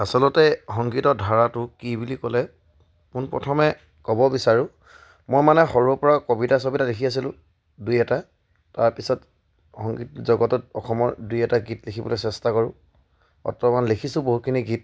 আচলতে সংগীতৰ ধাৰাটো কি বুলি ক'লে পোনপ্ৰথমে ক'ব বিচাৰোঁ মই মানে সৰুৰেপৰা কবিতা চবিতা লিখি আছিলোঁ দুই এটা তাৰপিছত সংগীত জগতত অসমৰ দুই এটা গীত লিখিবলৈ চেষ্টা কৰোঁ বৰ্তমান লিখিছোঁ বহুখিনি গীত